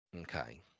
Okay